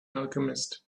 alchemist